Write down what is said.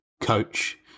coach